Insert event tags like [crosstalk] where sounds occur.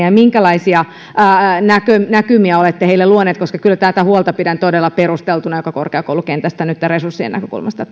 [unintelligible] ja minkälaisia näkymiä näkymiä olette heille luoneet pidän kyllä todella perusteltuna tätä huolta joka korkeakoulukentästä nyt resurssien näkökulmasta [unintelligible]